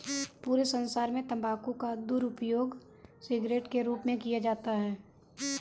पूरे संसार में तम्बाकू का दुरूपयोग सिगरेट के रूप में किया जाता है